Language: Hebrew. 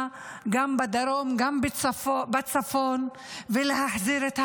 גם בדרום וגם בצפון ולהחזיר את החטופים?